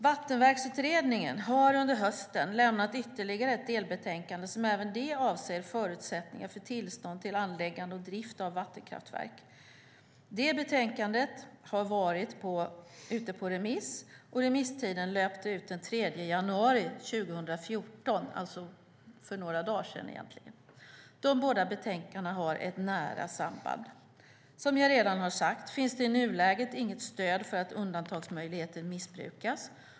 Vattenverksamhetsutredningen har under hösten lämnat ytterligare ett delbetänkande som även det avser förutsättningar för tillstånd till anläggande och drift av vattenkraftverk. Det betänkandet har varit ute på remiss och remisstiden löpte ut den 3 januari 2014, alltså för några dagar sedan. De båda betänkandena har ett nära samband. Som jag redan har sagt finns det i nuläget inget stöd för att undantagsmöjligheten missbrukas.